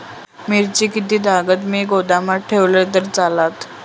मिरची कीततागत मी गोदामात ठेवलंय तर चालात?